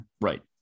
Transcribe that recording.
Right